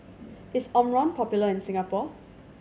is Omron popular in Singapore